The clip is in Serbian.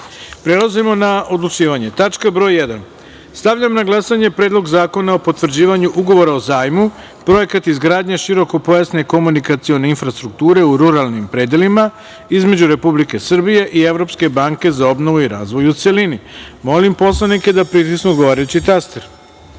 poslanika. Prelazimo na odlučivanjePrva tačka dnevnog reda. Stavljam na glasanje Predlog zakona o potvrđivanju Ugovora o zajmu, Projekat izgradnje širokopojasne komunikacione infrastrukture u ruralnim predelima između Republike Srbije i Evropske banke za obnovu i razvoj, u celini. Molim poslanike da pritisnu odgovarajući